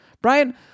brian